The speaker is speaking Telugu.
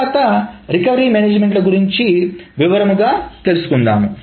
తర్వాత రికవరీ మేనేజ్మెంట్ గురించి వివరంగా తెలుసుకుందాం